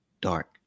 dark